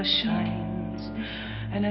never shy an